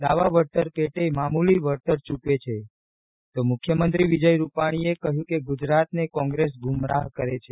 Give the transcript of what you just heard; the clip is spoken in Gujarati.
દાવા વળતર પેટે મામુલી વળતર ચુકવે છે તો મુખ્યમંત્રી વિજય રૂપાણીએ કહ્યું કે ગુજરાતને કોંગ્રેસ ગુમરાહ કરે છે